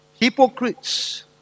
hypocrites